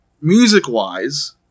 music-wise